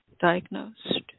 diagnosed